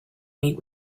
meet